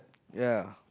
ya